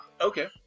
Okay